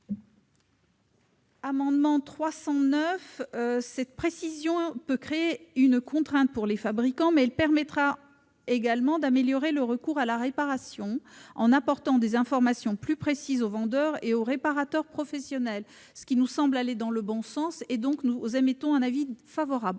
l'amendement n° 309 peut créer une contrainte pour les fabricants, mais elle permettra également d'améliorer le recours à la réparation, en fournissant des informations plus précises aux vendeurs et aux réparateurs professionnels, ce qui nous semble aller dans le bon sens. Nous émettons donc un avis favorable.